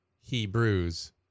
Hebrews